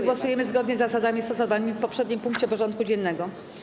Głosujemy zgodnie z zasadami stosowanymi w poprzednim punkcie porządku dziennego.